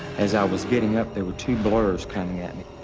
as i was getting up, there were two blurs coming in.